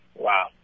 Wow